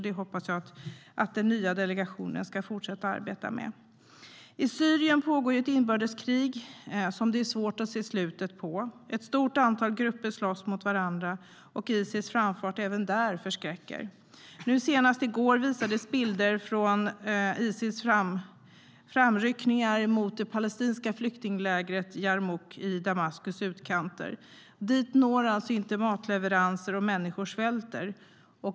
Det hoppas jag att den nya delegationen ska fortsätta arbeta med. I Syrien pågår ett inbördeskrig som det är svårt att se slutet på. Ett stort antal grupper slåss mot varandra, och Isils framfart även där förskräcker. Senast i går visades bilder från Isils framryckningar mot det palestinska flyktinglägret Yarmouk i Damaskus utkanter. Dit når inte matleveranser, och människor svälter.